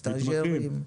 סטאג'רים,